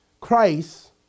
Christ